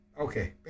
Okay